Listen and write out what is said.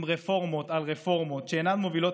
עם רפורמות על רפורמות שאינן מובילות